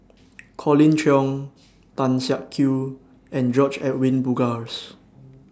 Colin Cheong Tan Siak Kew and George Edwin Bogaars